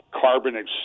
carbon